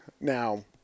Now